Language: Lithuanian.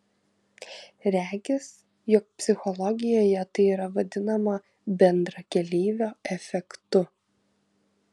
regis jog psichologijoje tai yra vadinama bendrakeleivio efektu